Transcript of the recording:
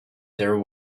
there